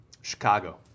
Chicago